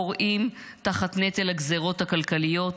כורעים תחת נטל הגזרות הכלכליות,